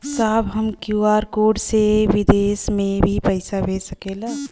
साहब का हम क्यू.आर कोड से बिदेश में भी पैसा भेज सकेला?